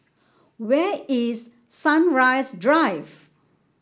where is Sunrise Drive